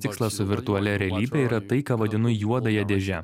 tikslas su virtualia realybe yra tai ką vadinu juodąja dėže